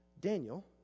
Daniel